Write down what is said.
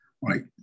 right